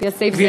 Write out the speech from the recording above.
על-פי הסעיף זה,